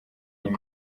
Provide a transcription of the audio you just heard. iyi